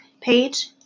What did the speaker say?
page